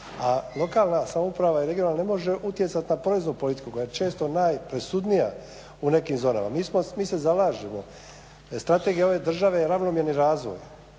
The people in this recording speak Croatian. a lokalna samouprava i regionalna ne može utjecati na poreznu politiku koja je često najpresudnija u nekim zonama. Mi se zalažemo, strategija ove države je ravnomjerni razvoj.